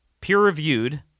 peer-reviewed